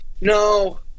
No